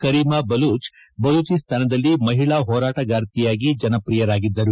ಕರೀಮ ಬಲೂಚ್ ಬಲೂಚಿಸ್ತಾನದಲ್ಲಿ ಮಹಿಳಾ ಹೋರಾಟಗಾರ್ತಿಯಾಗಿ ಜನಪ್ರಿಯರಾಗಿದ್ದರು